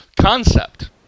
Concept